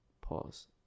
Pause